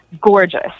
gorgeous